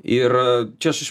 ir čia aš iš